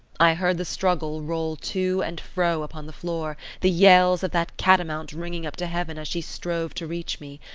i heard the struggle roll to and fro upon the floor, the yells of that catamount ringing up to heaven as she strove to reach me.